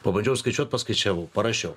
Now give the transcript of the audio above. pabandžiau skaičiuot paskaičiavau parašiau